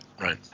right